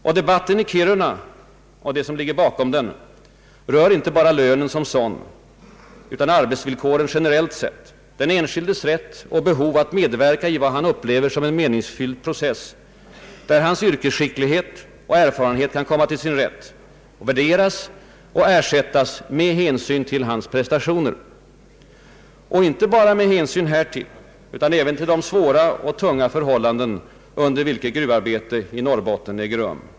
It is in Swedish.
Och debatten i Kiruna och det som ligger bakom den rör inte bara lönen som sådan utan arbetsvillkoren generellt sett, den enskildes rätt och behov att medverka i vad han upplever som en meningsfylld process, där hans yrkesskicklighet och erfarenhet kan komma till sin rätt och värderas och ersättas med hänsyn till inte bara hans prestationer, utan även de svåra och tunga förhållanden under vilka gruvarbetet i Norrbotten äger rum.